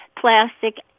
plastic